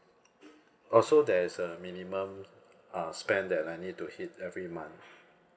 also there is a minimum uh spend that I need to hit every month